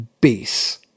base